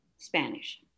Spanish